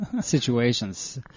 situations